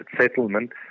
settlement